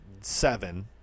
seven